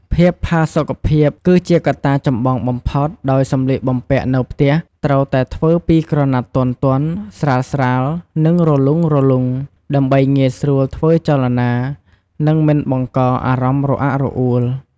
ភាពផាសុកភាពគឺជាកត្តាចំបងបំផុត ដោយសម្លៀកបំពាក់នៅផ្ទះត្រូវតែធ្វើពីក្រណាត់ទន់ៗ ស្រាលៗ និងរលុងៗ ដើម្បីងាយស្រួលធ្វើចលនា និងមិនបង្កអារម្មណ៍រអាក់រអួល។